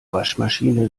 waschmaschine